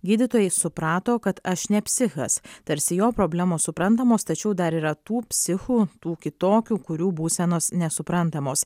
gydytojai suprato kad aš ne psichas tarsi jo problemos suprantamos tačiau dar yra tų psichų tų kitokių kurių būsenos nesuprantamos